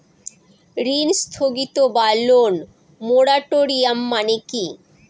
ঋণ স্থগিত বা লোন মোরাটোরিয়াম মানে কি?